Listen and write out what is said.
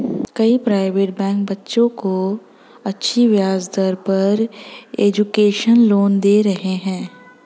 कई private bank बच्चों को अच्छी ब्याज दर पर एजुकेशन लोन दे रहे है